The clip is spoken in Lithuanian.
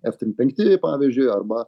f trim penkti pavyzdžiui arba